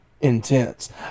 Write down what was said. Intense